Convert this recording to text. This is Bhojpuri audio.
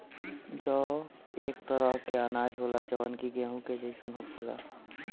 जौ एक तरह के अनाज होला जवन कि गेंहू के जइसन होखेला